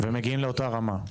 ומגיעים לאותה רמה?